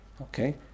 Okay